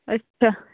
اَچھا